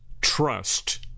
Trust